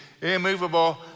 immovable